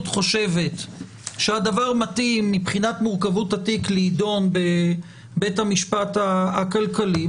חושבת שהדבר מתאים מבחינת מורכבות התיק להידון בבית המשפט הכלכלי,